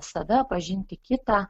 save pažinti kitą